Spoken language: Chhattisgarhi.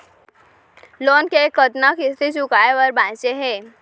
लोन के कतना किस्ती चुकाए बर बांचे हे?